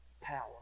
power